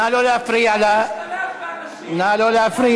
די להשתלח באנשים, נא לא להפריע לה.